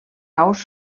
aus